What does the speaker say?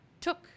took